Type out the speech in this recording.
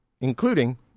including